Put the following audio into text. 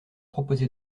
proposé